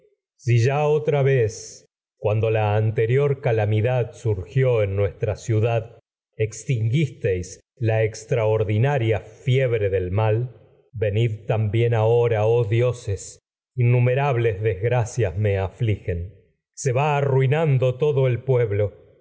si en ya otra vez cuando la anterior calamidad nuestra ciudad extinguisteis la extraordinaria fiebre del mal venid también ahora oh dioses innumerables desgra cias me afligen se va arruinando nos todo el pueblo